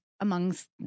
Amongst